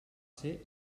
ser